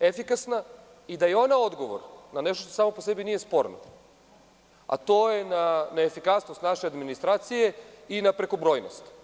efikasna i da je ona odgovor na nešto što samo po sebi nije sporno, a to je neefikasnost naše administracije i prekobrojnost.